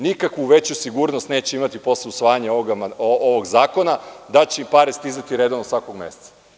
Nikakvu veću sigurnost neće imati posle usvajanja ovog zakona da će im pare stizati redovno svakog meseca.